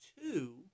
two